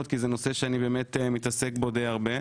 כי זה נושא שאני באמת מתעסק בו די הרבה.